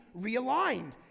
realigned